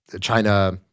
China